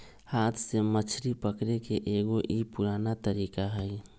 हाथ से मछरी पकड़े के एगो ई पुरान तरीका हई